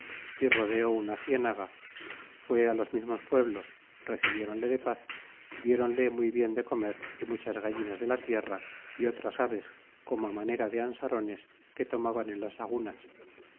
y rodeó una cienaga fue á los mismos pueblos recibiéronle de paz diéronle muy bien de comer y muchas gallinas de la tierra é otras aves como á manera de ansarones que tomaban en las lagunas